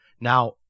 Now